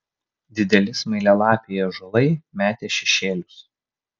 dideli smailialapiai ąžuolai metė šešėlius